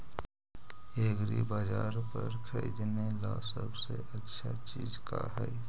एग्रीबाजार पर खरीदने ला सबसे अच्छा चीज का हई?